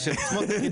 התקבלה.